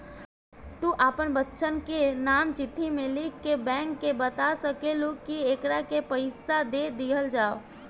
तू आपन बच्चन के नाम चिट्ठी मे लिख के बैंक के बाता सकेलू, कि एकरा के पइसा दे दिहल जाव